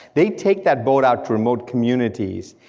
they take that boat out to remote communities,